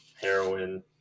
heroin